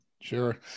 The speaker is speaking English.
Sure